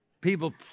people